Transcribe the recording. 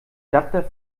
adapter